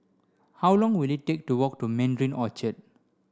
how long will it take to walk to Mandarin Orchard